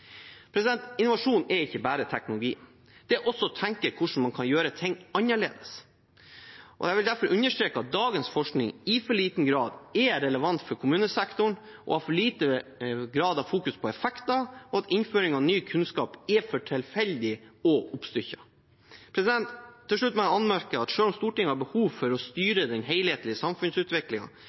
Innovasjon er ikke bare teknologi. Det er også å tenke igjennom hvordan man kan gjøre ting annerledes. Jeg vil derfor understreke at dagens forskning i for liten grad er relevant for kommunesektoren og i for liten grad fokuserer på effekter, og at innføringen av ny kunnskap er for tilfeldig og oppstykket. Til slutt må jeg anmerke at selv om Stortinget har behov for å styre den